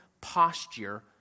posture